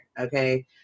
Okay